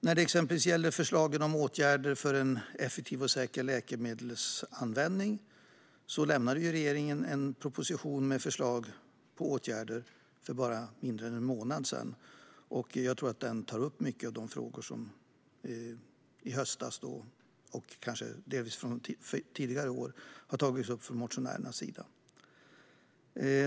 När det exempelvis gäller förslagen om åtgärder för en effektiv och säker läkemedelsanvändning lämnade regeringen en proposition med förslag på åtgärder för mindre än en månad sedan, och jag tror att den tar upp många av de frågor som togs upp av motionärerna i höstas och delvis kanske även tidigare år.